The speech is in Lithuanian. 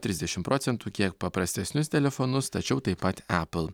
trisdešimt procentų kiek paprastesnius telefonus tačiau taip pat epl